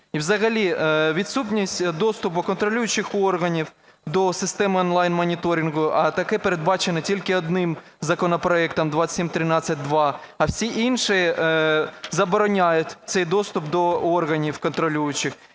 взагалі відсутність доступу контролюючих органів до системи онлайн-моніторингу, а таке передбачено тільки одним законопроектом 2713-2, а всі інші забороняють цей доступ до органів контролюючих